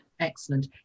Excellent